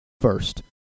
first